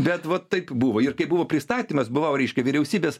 bet vat taip buvo ir kai buvo pristatymas buvau reiškia vyriausybės